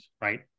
right